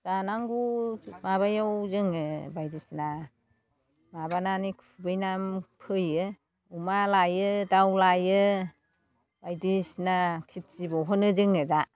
जानांगौ माबायाव जोङो बायदिसिना माबानानै खुबैना फोयो अमा लायो दाव लायो बायदिसिना खेथि बहनो जोङो दा